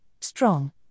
strong